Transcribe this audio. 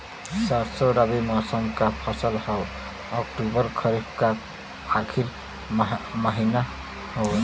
सरसो रबी मौसम क फसल हव अक्टूबर खरीफ क आखिर महीना हव